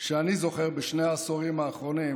שאני זוכר בשני העשורים האחרונים,